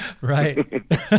Right